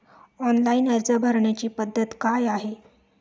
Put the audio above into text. Online अर्ज भरण्याची पद्धत काय आहे?